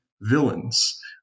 villains